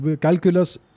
calculus